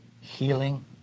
healing